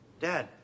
dad